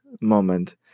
moment